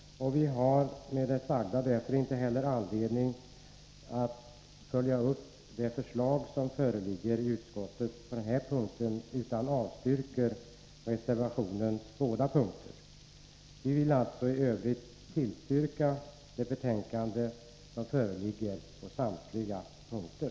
Vi har därför inte heller anledning att stödja det förslag som föreligger på den här punkten utan avstyrker reservationens båda punkter. Vi vill i övrigt tillstyrka utskottets förslag på samtliga punkter.